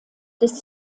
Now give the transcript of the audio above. des